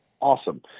awesome